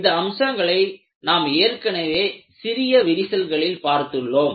இந்த அம்சங்களை நாம் ஏற்கனவே சிறிய விரிசல்களில் பார்த்துள்ளோம்